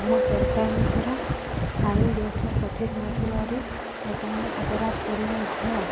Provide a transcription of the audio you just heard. ଆମ ସରକାରଙ୍କର ଆଇନ ବ୍ୟବସ୍ଥା ସଠିକ୍ ନଥିବାରୁ ଲୋକମାନେ ଅପରାଧ କରି ମଧ୍ୟ